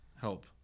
help